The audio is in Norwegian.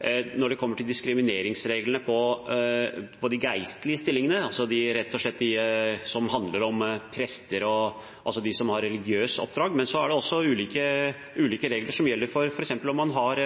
når det gjelder diskrimineringsreglene for de geistlige stillingene, altså rett og slett de som handler om prester og de som har religiøst oppdrag, men det er også ulike regler som gjelder f.eks. om man har